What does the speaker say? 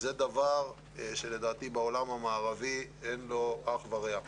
זה דבר שלדעתי בעולם המערבי אין לו אח ורע.